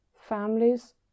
Families